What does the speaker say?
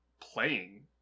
playing